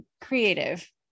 creative